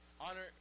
Honor